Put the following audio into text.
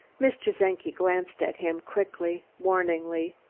mr. czenki glanced at him quickly, warningly.